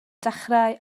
dechrau